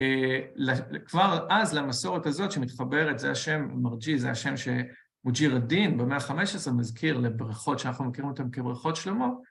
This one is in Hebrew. כבר אז למסורת הזאת שמתחברת זה השם מרג'י, זה השם שמוג'י רדין במאה ה-15 מזכיר לבריכות שאנחנו מכירים אותן כבריכות שלמה.